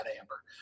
Amber